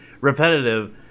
repetitive